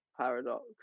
paradox